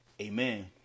amen